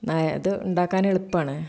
അത് ഉണ്ടാക്കാൻ എളുപ്പാണ്